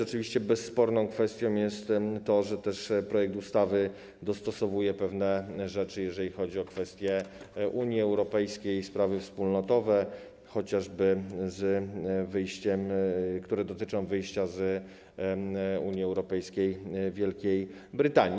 Oczywiście bezsporną kwestią jest to, że projekt ustawy też dostosowuje pewne rzeczy, jeżeli chodzi o kwestie Unii Europejskiej, sprawy wspólnotowe, chociażby te, które dotyczą wyjścia z Unii Europejskiej Wielkiej Brytanii.